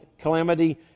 calamity